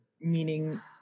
meaning